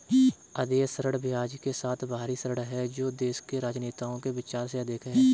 अदेय ऋण ब्याज के साथ बाहरी ऋण है जो देश के राजनेताओं के विचार से अधिक है